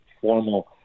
formal